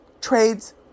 trades